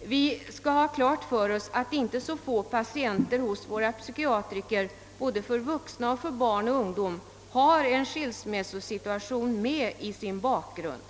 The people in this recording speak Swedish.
Vi skall ha klart för oss att icke så få patienter hos våra psykiatriker, både vuxna, ungdom och barn, har en skilsmässosituation i bakgrunden.